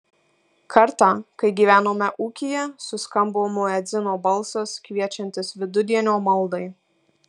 kartą kai gyvenome ūkyje suskambo muedzino balsas kviečiantis vidudienio maldai